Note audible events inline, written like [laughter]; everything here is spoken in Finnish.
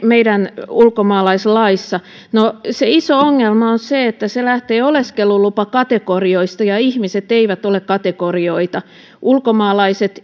meidän ulkomaalaislaissa no se iso ongelma on se että se lähtee oleskelulupakategorioista ja ihmiset eivät ole kategorioita ulkomaalaiset [unintelligible]